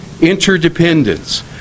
interdependence